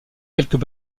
quelques